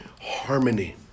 harmony